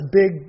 big